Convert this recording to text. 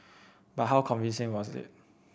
but how convincing was it